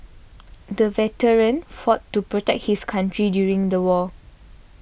the veteran fought to protect his country during the war